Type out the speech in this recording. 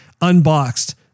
unboxed